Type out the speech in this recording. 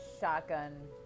shotgun